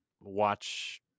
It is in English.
watch